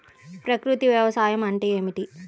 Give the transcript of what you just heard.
ప్రకృతి వ్యవసాయం అంటే ఏమిటి?